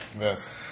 Yes